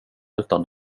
utan